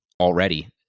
already